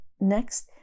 Next